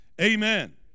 amen